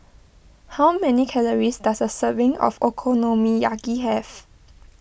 how many calories does a serving of Okonomiyaki have